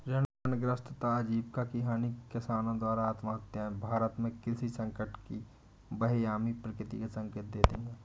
ऋणग्रस्तता आजीविका की हानि किसानों द्वारा आत्महत्याएं भारत में कृषि संकट की बहुआयामी प्रकृति का संकेत देती है